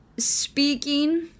speaking